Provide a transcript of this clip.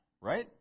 right